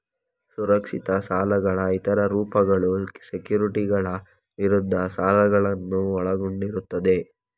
ಸುರಕ್ಷಿತ ಸಾಲಗಳ ಇತರ ರೂಪಗಳು ಸೆಕ್ಯುರಿಟಿಗಳ ವಿರುದ್ಧ ಸಾಲಗಳನ್ನು ಒಳಗೊಂಡಿರುತ್ತವೆ